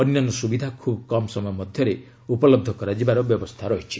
ଅନ୍ୟାନ୍ୟ ସୁବିଧା ଖୁବ୍ କମ୍ ସମୟ ଧ୍ୟରେ ଉପଲହ୍ଧ କରାଯିବାର ବ୍ୟବସ୍ଥା ରହିଛି